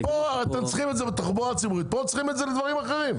פה צריך את זה בתחבורה ציבורית, פה לדברים אחרים.